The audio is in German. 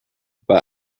bei